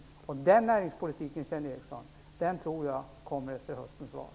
Jag tror att den näringspolitiken kommer efter höstens val.